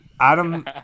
adam